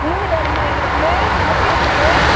மீன் வேணும்மா எங்களுக்கு சமைக்கிறத்துக்கு